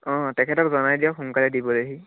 অঁ তেখেতক জনাই দিয়ক সোনকালে দিবলৈহি